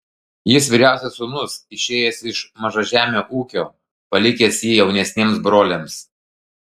jis vyriausias sūnus išėjęs iš mažažemio ūkio palikęs jį jaunesniems broliams